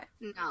No